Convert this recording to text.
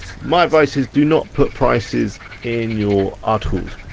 my advice is do not put prices in your articles.